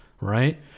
right